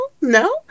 no